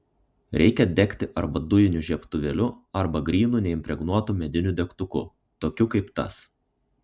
reikia degti arba dujiniu žiebtuvėliu arba grynu neimpregnuotu mediniu degtuku tokiu kaip tas